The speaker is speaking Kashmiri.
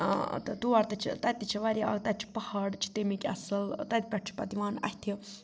تہٕ تور تہِ چھِ تَتہِ تہِ چھِ واریاہ تَتہِ چھِ پہاڑ چھِ تَمِکۍ اَصٕل تَتہِ پٮ۪ٹھ چھِ پَتہٕ یِوان اَتھِ